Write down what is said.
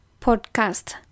podcast